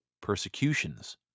persecutions